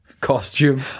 Costume